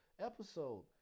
episode